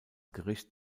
gericht